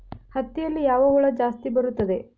ಹತ್ತಿಯಲ್ಲಿ ಯಾವ ಹುಳ ಜಾಸ್ತಿ ಬರುತ್ತದೆ?